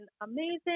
amazing